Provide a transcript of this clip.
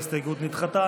ההסתייגות נדחתה.